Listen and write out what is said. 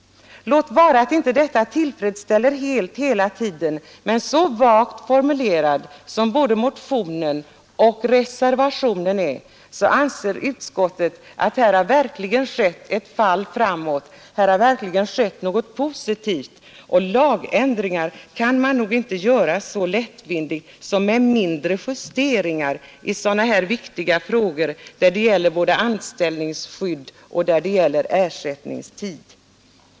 Låt vara att detta inte är tillfredsställande enligt motionärerna, men så vagt formulerade är både motionen och reservationen att utskottet anser att man inte kan ta ställning. Lagändringar kan inte ske så lättvindigt som med mindre justeringar i sådana viktiga frågor där det gäller både anställningsskydd och ersättningstid.